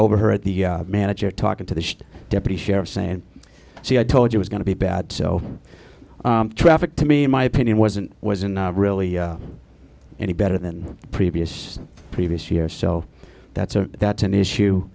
overheard the manager talking to the deputy sheriff saying see i told you was going to be bad so traffic to me in my opinion wasn't really any better than previous previous years so that's a that's an issue